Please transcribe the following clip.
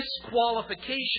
disqualification